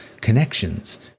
connections